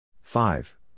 Five